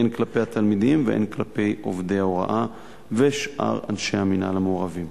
הן כלפי התלמידים והן כלפי עובדי ההוראה ושאר אנשי המינהל המעורבים.